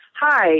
Hi